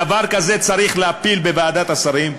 דבר כזה צריך להפיל בוועדת השרים?